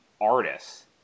artists